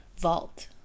vault